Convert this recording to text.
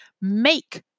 make